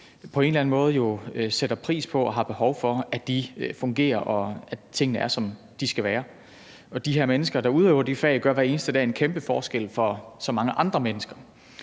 på en eller anden måde jo sætter pris på og har behov for, fungerer, og at tingene er, som de skal være. De mennesker, der udøver de her fag, gør hver eneste dag en kæmpe forskel for så mange andre mennesker.